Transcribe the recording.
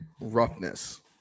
roughness